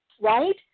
right